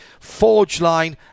Forgeline